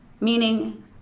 Meaning